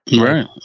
Right